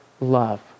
love